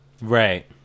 Right